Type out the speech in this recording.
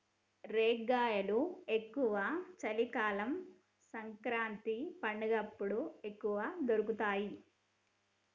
రేగ్గాయలు ఎక్కువ చలి కాలం సంకురాత్రి పండగప్పుడు ఎక్కువ దొరుకుతాయి